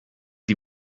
die